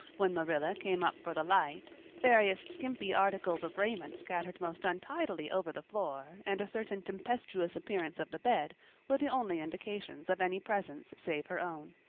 when marilla came up for the light various skimpy articles of raiment scattered most untidily over the floor and a certain tempestuous appearance of the bed were the only indications of any presence save her own.